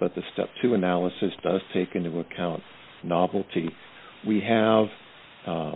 but the step two analysis does take into account novelty we have a